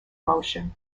motion